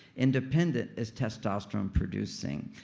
independent is testosterone producing.